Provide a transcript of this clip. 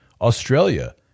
Australia